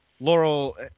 Laurel